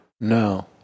No